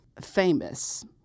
famous